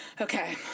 Okay